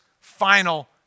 final